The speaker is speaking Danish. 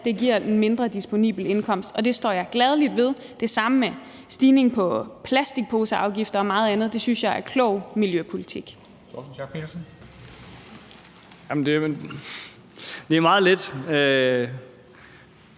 det giver en mindre disponibel indkomst, og det står jeg gladelig ved. Det samme gælder for stigningen på plastikposeafgifter og meget andet. Det synes jeg er klog miljøpolitik. Kl.